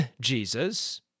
Jesus